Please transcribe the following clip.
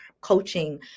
coaching